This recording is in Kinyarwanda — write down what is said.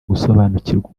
gusobanukirwa